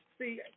See